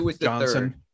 Johnson